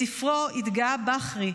בספרו התגאה בחרי: